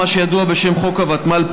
מה שידוע בשם חוק הוותמ"ל,